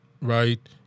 right